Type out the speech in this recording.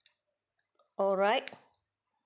alright